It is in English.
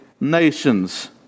nations